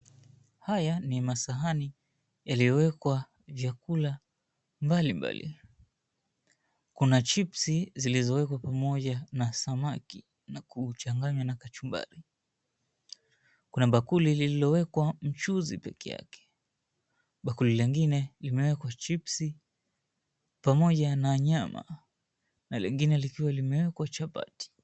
Haya ni masahani yaliyowekwa vyakula mbalimbali. Kuna chipsi zilizowekwa pamoja na samaki na kuchanganywa na kachumbari. Kuna bakuli lililowekwa mchuzi peke yake, bakuli lingine limewekwa chipsi pamoja na nyama, na lingine likiwa limewekwa chapati.